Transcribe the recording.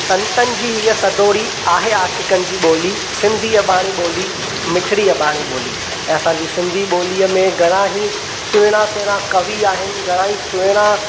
संतनि जी हीअ सदोरी आहे आशिक़नि जी ॿोली सिंधी अॿाणी ॿोली मिठिड़ी अॿाणी ॿोली ऐं असांजी सिंधी ॿोलीअ में घणा ई सुहिणा सुहिणा कवि आहिनि घणा ई सुहिणा